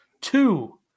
Two